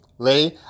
Lee